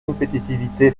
compétitivité